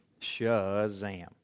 Shazam